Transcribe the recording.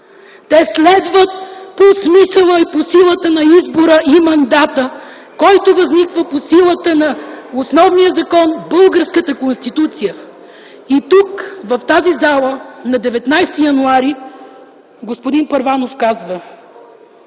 Те следват по смисъла и по силата на избора на мандата, който възниква по силата на основния закон – българската Конституция. И тук, в тази зала на 19 януари 2007 г. господин Първанов каза: